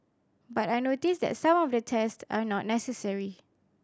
but I notice that some of the test are not necessary